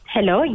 Hello